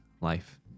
life